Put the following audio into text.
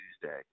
Tuesday